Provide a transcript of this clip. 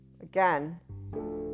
again